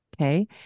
Okay